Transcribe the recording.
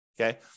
okay